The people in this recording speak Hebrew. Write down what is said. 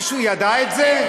מישהו ידע את זה?